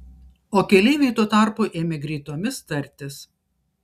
o keleiviai tuo tarpu ėmė greitomis tartis